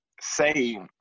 say